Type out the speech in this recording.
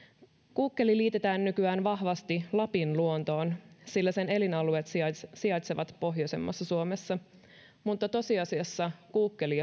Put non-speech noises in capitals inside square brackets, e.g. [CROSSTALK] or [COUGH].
kuukkeli liitetään nykyään vahvasti lapin luontoon sillä sen elinalueet sijaitsevat sijaitsevat pohjoisemmassa suomessa mutta tosiasiassa kuukkeli [UNINTELLIGIBLE]